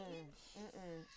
Mm-mm